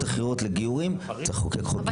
אחרות לגיורים ואז צריך לחוקק חוק גיור.